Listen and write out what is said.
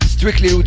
Strictly